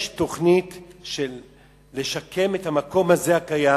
יש תוכנית לשקם את המקום הקיים,